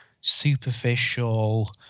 superficial